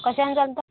कशाने चालतं